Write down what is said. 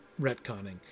retconning